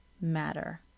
matter